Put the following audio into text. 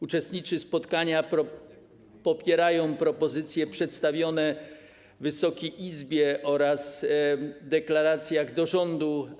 Uczestnicy spotkania popierają propozycje przedstawione Wysokiej Izbie oraz deklarację skierowaną do rządu.